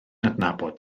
adnabod